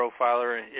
profiler